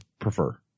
prefer